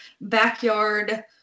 backyard